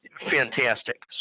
fantastic